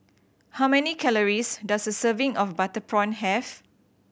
how many calories does a serving of butter prawn have